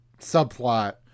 subplot